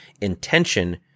intention